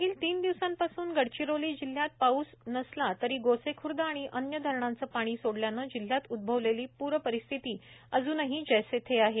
मागील तीन दिवसांपासून गडचिरोली जिल्ह्यात पाऊस नसला तरी गोसेख्र्द आणि अन्य धरणांचे पाणी सोडल्यानं जिल्ह्यात उद्भ्वलेली पूर परिस्थिती अजूनही जैसे थे आहे